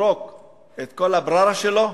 יזרוק את כל הבררה שלו,